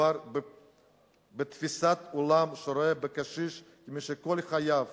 מדובר בתפיסת עולם שרואה בקשיש מי שכל חייו